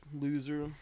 loser